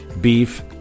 Beef